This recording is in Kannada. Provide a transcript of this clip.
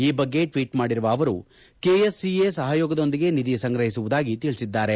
ಈ ಬಗೆ ಟ್ವೀಟ್ ಮಾಡಿರುವ ಅವರು ಕೆಎಸ್ಸಿಎಯ ಸಹಯೋಗದೊಂದಿಗೆ ನಿಧಿ ಸಂಗ್ರಹಿಸುವುದಾಗಿ ತಿಳಿಸಿದ್ದಾರೆ